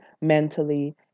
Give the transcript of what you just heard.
mentally